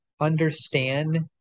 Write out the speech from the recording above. understand